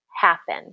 happen